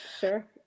Sure